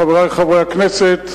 חברי חברי הכנסת,